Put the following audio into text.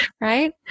Right